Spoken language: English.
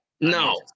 No